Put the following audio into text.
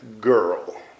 girl